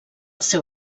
seu